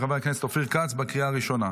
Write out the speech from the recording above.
של חבר הכנסת אופיר כץ בקריאה הראשונה.